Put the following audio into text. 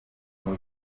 aho